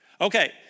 Okay